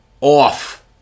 off